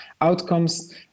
outcomes